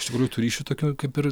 iš tikrųjų tų ryšių tokių kaip ir